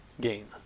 Gain